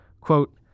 Quote